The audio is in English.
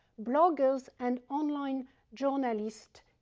bloggers and online journalists,